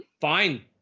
fine